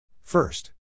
first